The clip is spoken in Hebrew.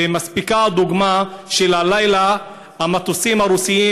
ומספיקה הדוגמה של הלילה: המטוסים הרוסיים